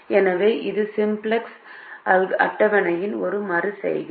எனவே இது சிம்ப்ளக்ஸ் அட்டவணையின் ஒரு மறு செய்கை